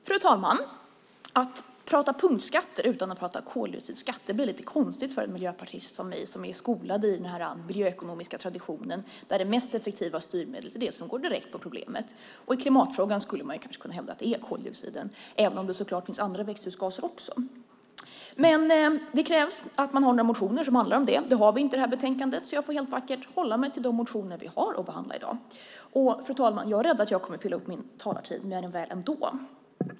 Fru talman! Att prata om punktskatter utan att prata om koldioxidskatt blir lite konstigt för en miljöpartist som jag som är skolad i en miljöekonomisk tradition där det mest effektiva styrmedlet är det som går direkt på problemet. I klimatfrågan skulle man kanske kunna hävda att det är koldioxiden även om det så klart finns andra växthusgaser också. Men det krävs att man har några motioner som handlar om det. Det har vi inte i detta betänkande. Jag får därför helt vackert hålla mig till de motioner som vi har att behandla i dag. Jag är rädd att jag kommer att fylla min talartid mer än väl ändå.